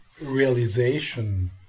realization